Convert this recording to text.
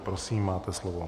Prosím máte slovo.